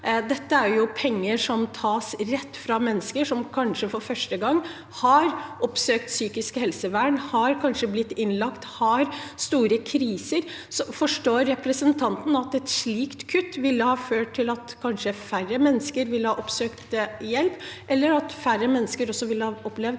Dette er jo penger som tas rett fra mennesker som kanskje for første gang har oppsøkt psykisk helsevern, og som kanskje har blitt innlagt og har store kriser. Forstår representanten at et slikt kutt kanskje ville ført til at færre mennesker ville oppsøkt hjelp, eller at flere mennesker ville opplevd